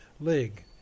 league